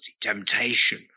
temptation